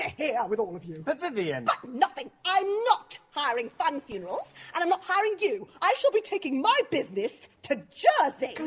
here yeah with all of you! but vivienne but nothing! i'm not hiring funn funerals and i'm not hiring you! i shall be taking my business to jersey!